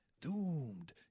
Doomed